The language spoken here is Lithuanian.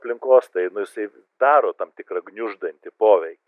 aplinkos tai nu jisai daro tam tikrą gniuždantį poveikį